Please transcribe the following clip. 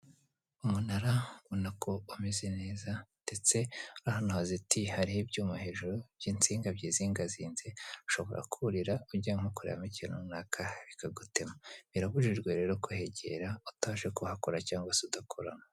Umunara ubona ko umeze neza ndetse ahazitiye hariho ibyuma hejuru by'insinga byizingazinze ushobora kurira ujya nko koreramo ikintu runaka bikagutema, birabujijwe rero kuhegera utaje kuhakora cyangwa se udakoramo.